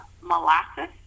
molasses